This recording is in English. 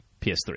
PS3